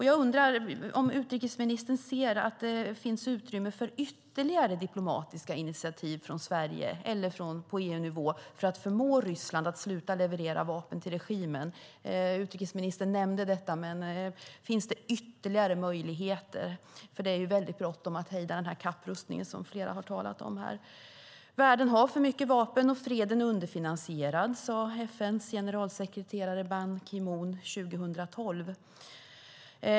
Jag undrar om utrikesministern anser att det finns utrymme för ytterligare diplomatiska initiativ från Sverige eller på EU-nivå för att förmå Ryssland att sluta leverera vapen till regimen. Utrikesministern nämnde detta, men finns det ytterligare möjligheter? Det är väldigt bråttom att hejda den kapprustning som flera har talat om här. Världen har för mycket vapen, och freden är underfinansierad, sade FN:s generalsekreterare Ban Ki Moon 2012.